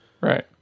Right